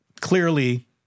Clearly